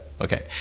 Okay